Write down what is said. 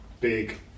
big